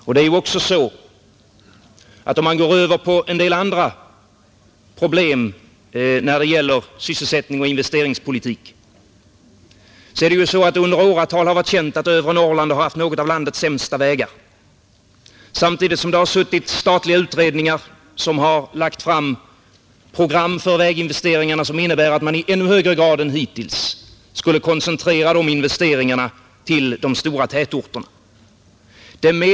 Om jag går över till en del andra problem när det gäller sysselsättningsoch investeringspolitiken har det under åratal varit känt att övre Norrland haft några av landets sämsta vägar, samtidigt som statliga utredningar lagt fram program för väginvesteringarna som innebär att man i ännu högre grad än hittills skulle koncentrera de investeringarna till de stora tätorterna.